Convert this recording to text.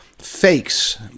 Fakes